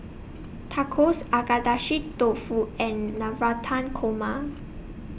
Tacos Agedashi Dofu and Navratan Korma